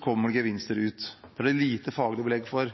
kommer det gevinster ut. Det er det lite faglig belegg for.